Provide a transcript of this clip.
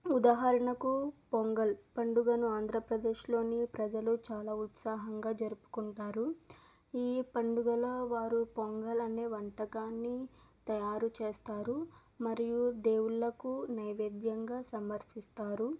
ఉదాహరణకు పొంగల్ పండుగను ఆంధ్రప్రదేశ్లోని ప్రజలు చాలా ఉత్సాహంగా జరుపుకుంటారు ఈ పండుగలా వారు పొంగల్ అనే వంటకాన్ని తయారు చేస్తారు మరియు దేవుళ్లకు నైవేద్యంగా సమర్పిస్తారు